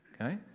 Okay